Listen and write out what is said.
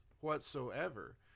whatsoever